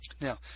Now